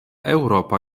eŭropa